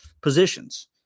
positions